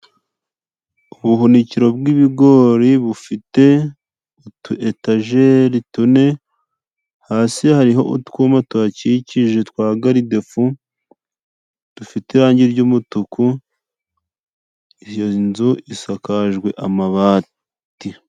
Ubuhunikiro bw'ibigori bufite utuetajeri tune, hasi hari utwuma tuhakikije twa garidefu dufite irangi ry'umutuku, iyo nzu isakajwe amabati.